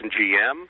GM